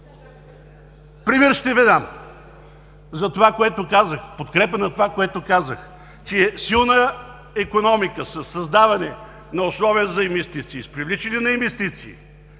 пример за това, което казах, в подкрепа на това, което казах, че силна икономика със създаване на условия за инвестиции и с привличане на инвестиции